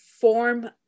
form